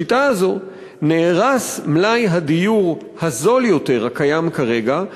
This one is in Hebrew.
בשיטה זו נהרס מלאי הדיור הזול הקיים כרגע,